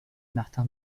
martin